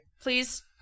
Please